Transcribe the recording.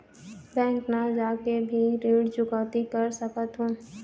Bank न जाके भी ऋण चुकैती कर सकथों?